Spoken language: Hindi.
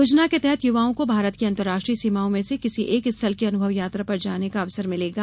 योजना के तहत युवाओं को भारत की अंतर्राष्ट्रीय सीमाओं में से किसी एक स्थल की अनुभव यात्रा पर जाने का अवसर मिलेगा